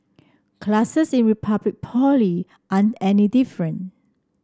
classes in Republic Poly aren't any different